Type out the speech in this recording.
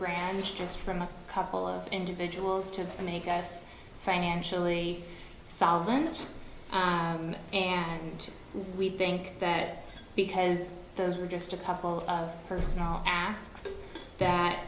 grand just from a couple of individuals to make us financially solvent and we think that because those were just a couple of personal asks that